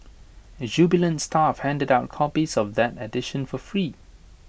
jubilant staff handed out copies of that edition for free